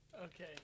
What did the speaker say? Okay